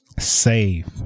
save